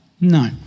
No